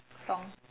songs